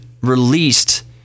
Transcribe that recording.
released